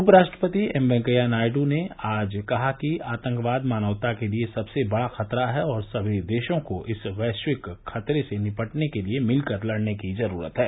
उपराष्ट्रपति वेंकैया नायड् ने आज कहा कि आतंकवाद मानवता के लिए सबसे बड़ा खतरा है और सभी देशों को इस वैश्विक खतरे से निपटने के लिए मिलकर लड़ने की जरूरत है